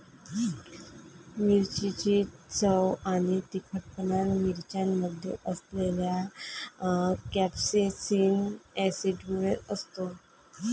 मिरचीची चव आणि तिखटपणा मिरच्यांमध्ये असलेल्या कॅप्सेसिन ऍसिडमुळे असतो